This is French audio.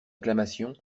acclamation